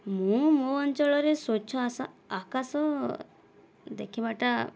ମୁଁ ମୋ ଅଞ୍ଚଳରେ ସ୍ୱଚ୍ଛ ଆଶା ଆକାଶ ଦେଖିବାଟା